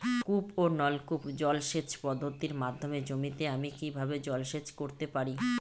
কূপ ও নলকূপ জলসেচ পদ্ধতির মাধ্যমে জমিতে আমি কীভাবে জলসেচ করতে পারি?